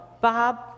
Bob